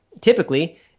typically